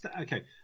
Okay